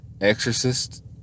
exorcist